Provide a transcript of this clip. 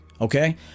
okay